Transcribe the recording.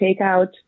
takeout